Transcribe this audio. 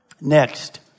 next